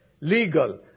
legal